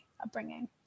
upbringing